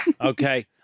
Okay